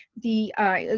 the i